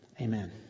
Amen